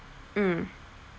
mm